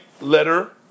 letter